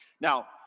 Now